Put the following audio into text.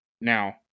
now